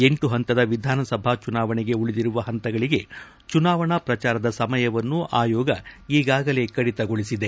ಎಂಟು ಹಂತದ ವಿಧಾನಸಭಾ ಚುನಾವಣೆಗೆ ಉಳಿದಿರುವ ಹಂತಗಳಿಗೆ ಚುನಾವಣಾ ಪ್ರಚಾರದ ಸಮಯವನ್ನು ಆಯೋಗ ಈಗಾಗಲೇ ಕಡಿತಗೊಳಿಸಿದೆ